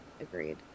Agreed